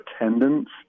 attendance